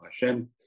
Hashem